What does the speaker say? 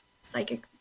psychic